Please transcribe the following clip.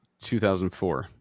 2004